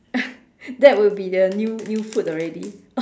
that will be the new new food already